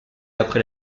après